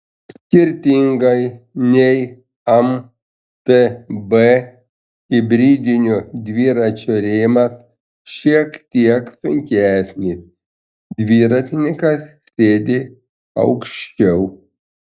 skirtingai nei mtb hibridinio dviračio rėmas šiek tiek sunkesnis dviratininkas sėdi aukščiau